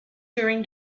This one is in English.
during